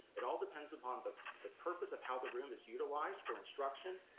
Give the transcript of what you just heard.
it all depends upon but the purpose of how the room is utilized for instruction,